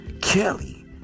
Kelly